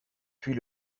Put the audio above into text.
puis